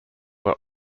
were